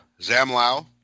Zamlao